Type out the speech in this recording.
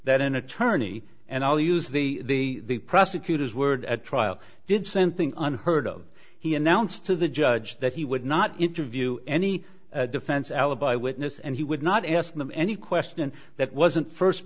that an attorney and i'll use the prosecutors were at trial did scenting unheard of he announced to the judge that he would not interview any defense alibi witness and he would not ask them any question that wasn't first